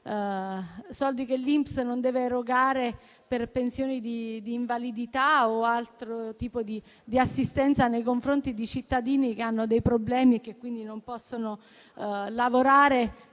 soldi che l'INPS non dovrà erogare per pensioni di invalidità o altro tipo di assistenza nei confronti di cittadini che hanno dei problemi e che quindi non possono lavorare